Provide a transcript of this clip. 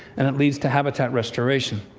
and it leads to habitat restoration.